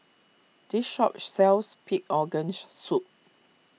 this shop sells Pig Organ Soup